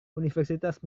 universitas